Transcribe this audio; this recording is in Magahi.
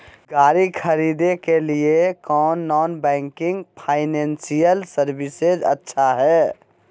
गाड़ी खरीदे के लिए कौन नॉन बैंकिंग फाइनेंशियल सर्विसेज अच्छा है?